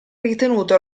ritenuto